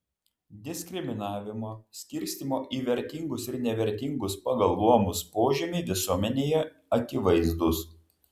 diskriminavimo skirstymo į vertingus ir nevertingus pagal luomus požymiai visuomenėje akivaizdūs